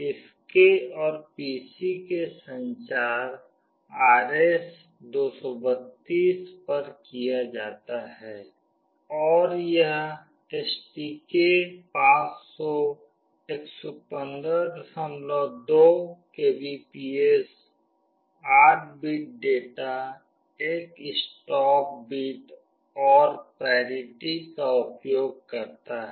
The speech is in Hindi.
इसके और पीसी के बीच संचार RS232 पर किया जाता है और यह STK500 1152 kbps 8 bit data 1 stop bit और पैरिटी का उपयोग करता है